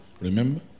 Remember